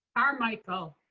carmichael.